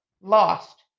lost